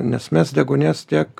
nes mes deguonies tiek